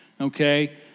Okay